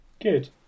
Good